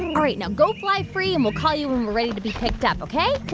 all right. now go fly free, and we'll call you when we're ready to be picked up, ok?